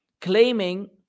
claiming